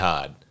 Hard